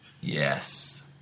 Yes